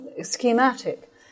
schematic